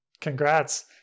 Congrats